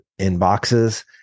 inboxes